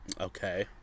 Okay